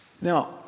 Now